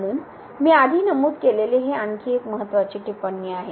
म्हणून मी आधी नमूद केलेली ही आणखी एक महत्त्वाची टिप्पणी आहे